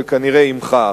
וכנראה עמך,